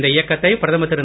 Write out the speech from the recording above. இந்த இயக்கத்தை பிரதமர் திரு